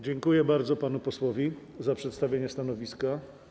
Dziękuję bardzo panu posłowi za przedstawienie stanowiska.